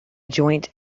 joint